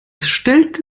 stellte